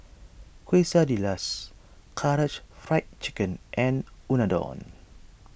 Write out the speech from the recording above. Quesadillas Karaage Fried Chicken and Unadon